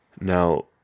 Now